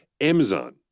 Amazon